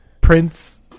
prince